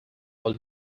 while